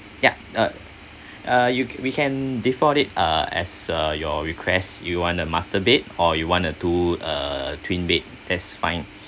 ya uh uh you we can default it uh as uh your request you want a master bed or you want uh two uh twin bed that's fine